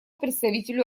представителю